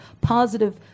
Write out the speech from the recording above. positive